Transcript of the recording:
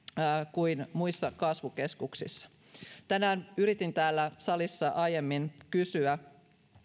kuin muissa kasvukeskuksissa tänään yritin täällä salissa aiemmin kysyä